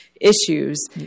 issues